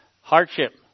hardship